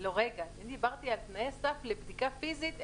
אני דיברתי על תנאי הסף לבדיקה פיזית,